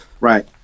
Right